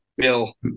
bill